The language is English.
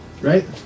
Right